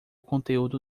conteúdo